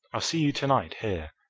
i'll see you to-night here.